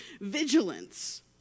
vigilance